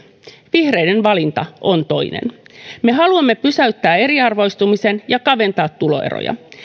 vihreiden valinta on toinen me haluamme pysäyttää eriarvoistumisen ja kaventaa tuloeroja